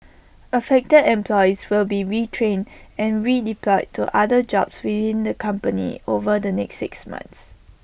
affected employees will be retrained and redeployed to other jobs within the company over the next six months